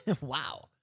Wow